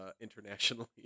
internationally